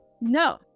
no